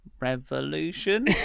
revolution